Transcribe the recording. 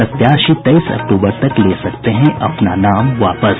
प्रत्याशी तेईस अक्टूबर तक ले सकते हैं अपना नाम वापस